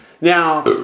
Now